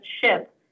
ship